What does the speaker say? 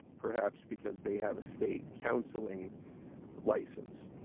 perhaps because they have a state counseling license.